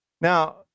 Now